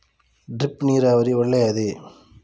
Drip ನೀರಾವರಿ ಒಳ್ಳೆಯದೇ?